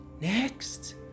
Next